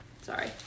Sorry